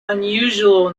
unusual